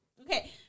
okay